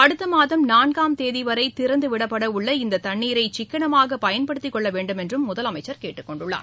அடுத்த மாதம் நான்காம் தேதி வளர திறந்தவிடப்பட உள்ள இந்த தண்ணீரை சிக்கனமாக பயன்படுத்திக் கொள்ள வேண்டுமென்றும் முதலமைச்சர் கேட்டுக் கொண்டுள்ளார்